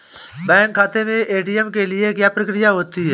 Bank खाते में ATM के लिए क्या प्रक्रिया होती है?